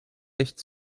echt